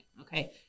Okay